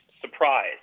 surprise